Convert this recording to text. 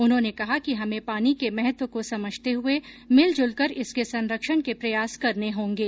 उन्होने कहा कि हमें पानी के महत्व को समझते हुये मिल जुलकर इसके संरक्षण के प्रयास करने होंगे